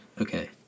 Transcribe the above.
Okay